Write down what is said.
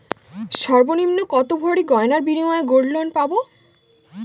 সর্বনিম্ন কত ভরি গয়নার বিনিময়ে গোল্ড লোন পাব?